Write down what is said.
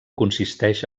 consisteix